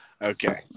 Okay